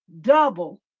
double